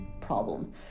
problem